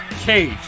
Cage